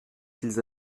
qu’ils